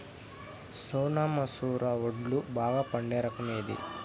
సోనా మసూర వడ్లు బాగా పండే రకం ఏది